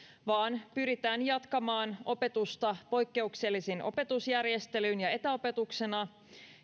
vaan pyritään jatkamaan opetusta poikkeuksellisin opetusjärjestelyin ja etäopetuksena